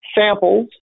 samples